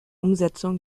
umsetzung